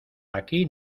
aquí